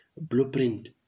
blueprint